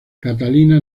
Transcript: catalina